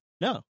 No